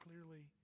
clearly